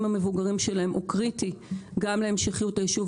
המבוגרים שלהם הוא קריטי גם להמשכיות היישוב,